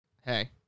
hey